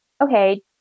okay